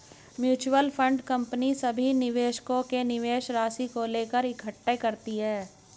mutual fund company सभी निवेशकों के निवेश राशि को लेकर इकट्ठे करती है